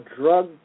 drug